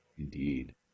Indeed